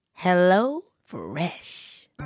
HelloFresh